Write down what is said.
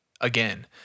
again